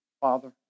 father